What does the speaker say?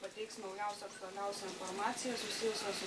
pateiks naujausią aktualiausią informaciją susijusią su